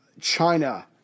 China